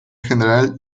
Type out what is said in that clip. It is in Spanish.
general